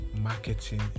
marketing